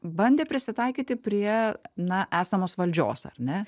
bandė prisitaikyti prie na esamos valdžios ar ne